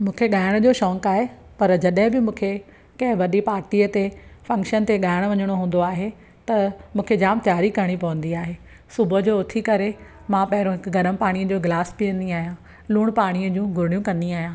मूंखे ॻाइण जो शौंक़ु आहे पर जॾहिं बि मूंखे कंहिं वॾे पार्टीअ ते फ़ंक्शन ते ॻाइणु वञिणो हूंदो आहे त मूंखे जाम तयारी करिणी पवंदी आहे सुबुह जो उथी करे मां पहिरों हिकु गरमु पाणीअ जो ग्लास पीअंदी आहियां लूणु पाणीअ जूं गुर्रियूं कंदी आहियां